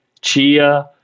Chia